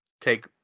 take